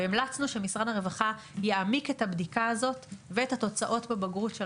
המלצנו שמשרד הרווחה יעמיק את הבדיקה הזאת ואת התוצאות בבגרות של